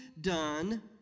done